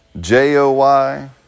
J-O-Y